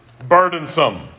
burdensome